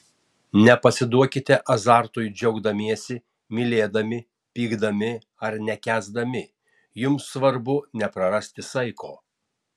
nepasiduokite azartui džiaugdamiesi mylėdami pykdami ar nekęsdami jums svarbu neprarasti saiko